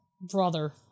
Brother